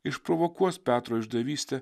išprovokuos petro išdavystę